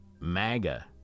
maga